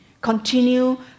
continue